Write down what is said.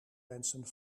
mensen